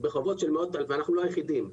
אנחנו לא היחידים.